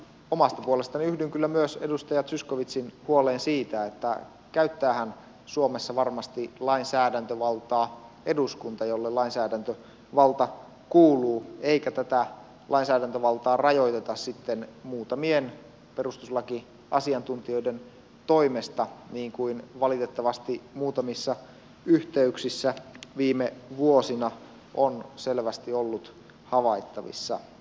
omasta puolestani yhdyn kyllä myös edustaja zyskowiczin huoleen siitä että käyttäähän suomessa varmasti lainsäädäntövaltaa eduskunta jolle lainsäädäntövalta kuuluu eikä tätä lainsäädäntövaltaa rajoiteta muutamien perustuslakiasiantuntijoiden toimesta niin kuin valitettavasti muutamissa yhteyksissä viime vuosina on selvästi ollut havaittavissa